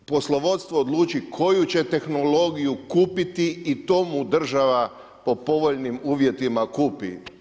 Poslovodstvo odluči koju će tehnologiju kupiti i to mu država po povoljnim uvjetima kupi.